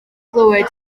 glywed